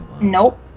Nope